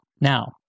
now